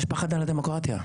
יש פחד על הדמוקרטיה.